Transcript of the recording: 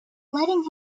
letting